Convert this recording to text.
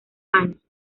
años